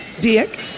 Dick